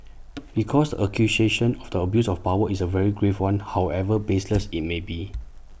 because the accusation of the abuse of power is A very grave one however baseless IT may be